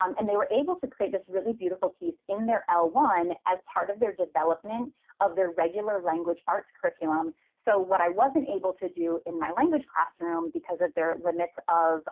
um and they were able to create this really beautiful piece in their l one as part of their development of their regular language arts curriculum. so what i wasn't able to do in my language classroom because of their limits of